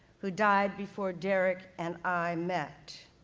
who died before derrick and i met.